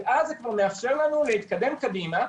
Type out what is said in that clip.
ואז זה כבר מאפשר לנו להתקדם קדימה.